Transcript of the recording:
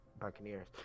Buccaneers